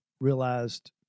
realized